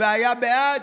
והיה בעד.